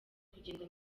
kugenda